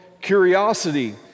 curiosity